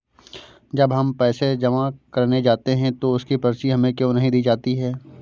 जब हम पैसे जमा करने जाते हैं तो उसकी पर्ची हमें क्यो नहीं दी जाती है?